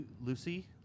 Lucy